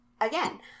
Again